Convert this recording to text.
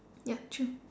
ya true